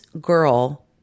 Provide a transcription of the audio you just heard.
girl